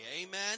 amen